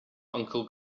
uncle